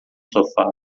sofá